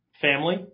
family